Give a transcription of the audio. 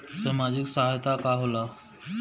सामाजिक सहायता का होला?